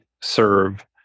serve